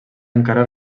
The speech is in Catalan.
encara